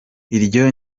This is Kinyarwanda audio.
iryo